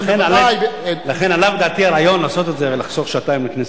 לכן עלה בדעתי הרעיון לעשות את זה ולחסוך שעתיים לכנסת.